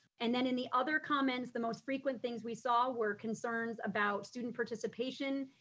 and then in the other comments, the most frequent things we saw were concerns about student participation,